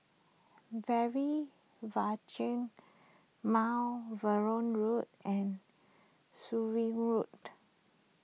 Mount Vernon Road and Surin Road